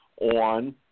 on